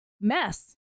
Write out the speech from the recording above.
mess